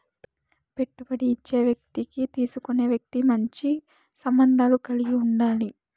పెట్టుబడి ఇచ్చే వ్యక్తికి తీసుకునే వ్యక్తి మంచి సంబంధాలు కలిగి ఉండాలి